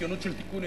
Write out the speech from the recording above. ציונות של תיקון,